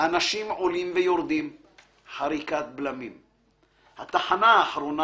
אנשים עולים ויורדים/ חריקת בלמים!/ התחנה האחרונה